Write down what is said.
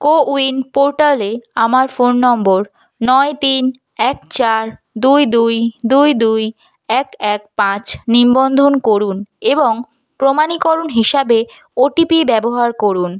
CoWIN পোর্টালে আমার phone number নয় তিন এক চার দুই দুই দুই দুই এক এক পাঁচ নিবন্ধন করুন এবং প্রমাণীকরণ হিসাবে ওটিপি ব্যবহার করুন